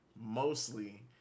mostly